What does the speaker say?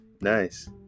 nice